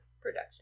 production